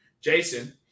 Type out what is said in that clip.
Jason